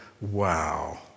wow